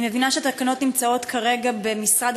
אני מבינה שהתקנות נמצאות כרגע במשרד